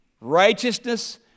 Righteousness